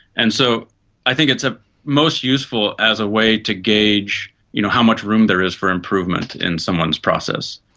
and so i think it's ah most useful as a way to gauge you know how much room there is for improvement in someone's process.